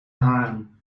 haren